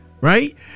right